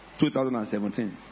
2017